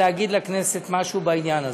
להגיד לכנסת משהו בעניין הזה.